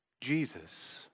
Jesus